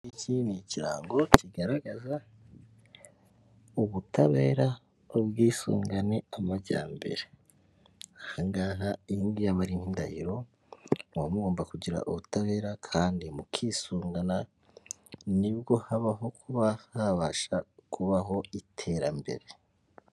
Iki ni ikirango kigaragaza ubutabera, ubwisungane, amajyambere. Aha ngaha iyi ngiyi aba ari nk'indahiro muba mugomba kugira ubutabera kandi mukisungana, ni bwo habaho kuba habasha kubaho iterambere.